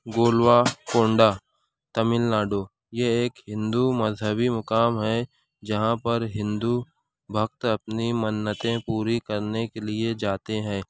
گولوا کونڈا تمل ناڈو یہ ایک ہندو مذہبی مقام ہے جہاں پر ہندو بخت اپنی منتیں پوری کرنے کے لئے جاتے ہیں